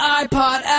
iPod